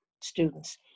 students